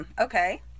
Okay